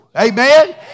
Amen